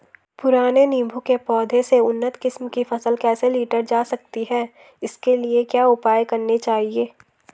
पुराने नीबूं के पौधें से उन्नत किस्म की फसल कैसे लीटर जा सकती है इसके लिए क्या उपाय करने चाहिए?